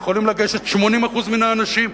יכולים לגשת 80% מן האנשים,